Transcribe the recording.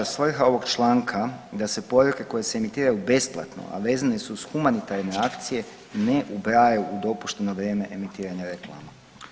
Svrha ovog članka da se poruke koje se imitiraju besplatno, a vezane su uz humanitarne akcije ne ubrajaju u dopušteno vrijeme emitiranja reklama.